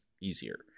easier